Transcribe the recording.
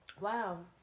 Wow